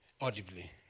audibly